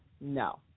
No